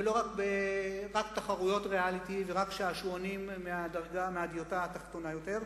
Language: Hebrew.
ולא רק תחרויות ריאליטי ורק שעשועונים מהדיוטה התחתונה יותר.